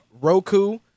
Roku